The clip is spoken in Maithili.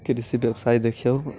कृषि व्यवसाय देखिऔ